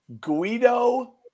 Guido